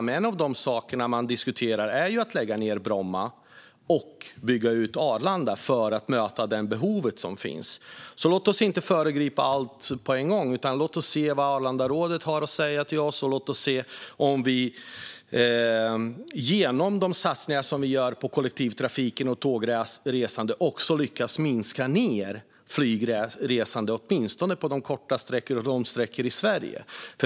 En av de saker man diskuterar är att lägga ned Bromma och bygga ut Arlanda för att möta det behov som finns. Låt oss inte föregripa allt på en gång. Låt oss se vad Arlandarådet har att säga till oss och se om vi genom de satsningar som vi gör på kollektivtrafiken och tågresandet lyckas minska flygresandet åtminstone på korta sträckor och långsträckor i Sverige.